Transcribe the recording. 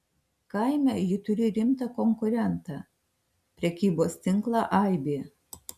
kaime ji turi rimtą konkurentą prekybos tinklą aibė